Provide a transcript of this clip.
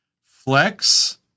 flex